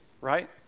right